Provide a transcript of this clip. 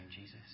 Jesus